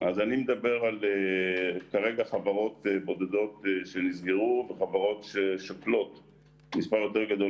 אני מדבר כרגע על חברות בודדות שנסגרו ומספר די גדול